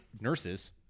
nurses